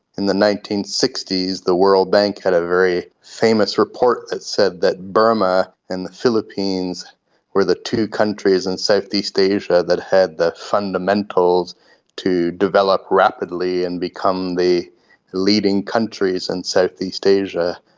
in the nineteen sixty s the world bank had a very famous report that said that burma and the philippines were the two countries in southeast asia that had the fundamentals to develop rapidly and become the leading countries in and southeast asia.